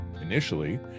initially